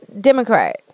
Democrat